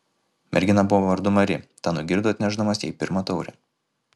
mergina buvo vardu mari tą nugirdo atnešdamas jai pirmą taurę